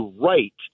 right